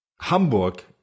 Hamburg